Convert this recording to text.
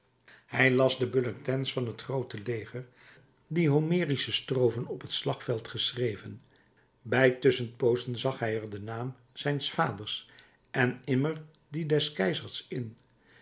hij las de bulletins van het groote leger die homerische strofen op het slagveld geschreven bij tusschenpoozen zag hij er den naam zijns vaders en immer dien des keizers in